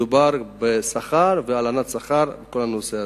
מדובר בשכר והלנת שכר וכל הנושא הזה.